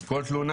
כל תלונה,